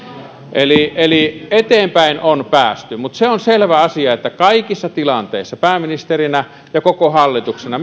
eli eli eteenpäin on päästy mutta se on selvä asia että kaikissa tilanteissa minulla pääministerinä ja meillä koko hallituksena